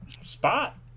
spot